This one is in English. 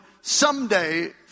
someday